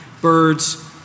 birds